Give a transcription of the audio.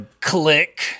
Click